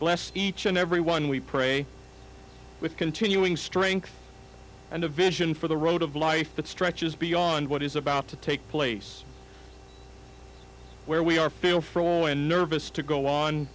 bless each and every one we pray with continuing strength and a vision for the road of life that stretches beyond what is about to take place where we are feel for all a nervous to go on